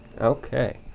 Okay